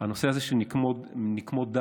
הנושא הזה של נקמות דם